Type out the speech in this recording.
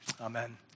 amen